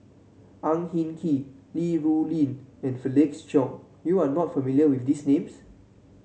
Ang Hin Kee Li Rulin and Felix Cheong you are not familiar with these names